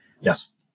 Yes